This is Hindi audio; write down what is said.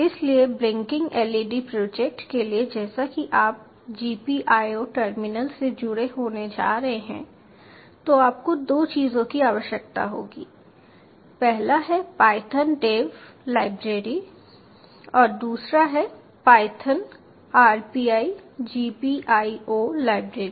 इसलिए ब्लिंकिंग LED प्रोजेक्ट के लिए जैसा कि आप GPIO टर्मिनल से जुड़े होने जा रहे हैं तो आपको दो चीजों की आवश्यकता होगी पहला है पायथन डेव लाइब्रेरी और दूसरा है पायथन rpigpio लाइब्रेरी